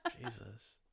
Jesus